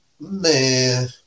Man